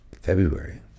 February